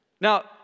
Now